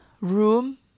room